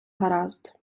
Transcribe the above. гаразд